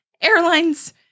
airlines